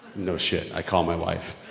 no shit, i call my wife.